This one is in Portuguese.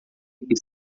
que